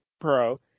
pro